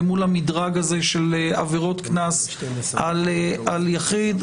מול המדרג הזה של עבירות קנס על יחיד.